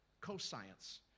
co-science